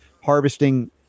harvesting